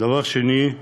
דבר שני,